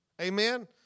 Amen